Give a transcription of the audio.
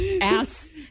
ass